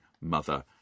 mother